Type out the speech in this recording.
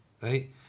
right